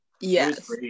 Yes